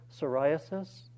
psoriasis